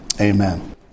Amen